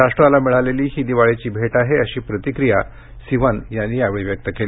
राष्ट्राला मिळालेली ही दिवाळीची भेट आहे अशी प्रतिक्रीया सिवन यांनी यावेळी व्यक्त केली